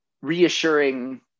reassuring